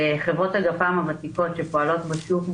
חברות הגפ"מ הוותיקות שפועלות בשוק,